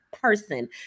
Person